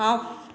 off